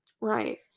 Right